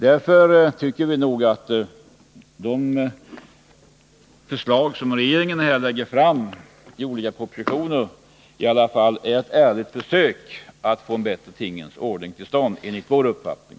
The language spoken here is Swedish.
Vi tycker därför att de förslag som regeringen här lägger fram i olika propositioner i alla fall är ett ärligt försök att få en bättre tingens ordning till stånd enligt vår uppfattning.